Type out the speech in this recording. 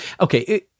okay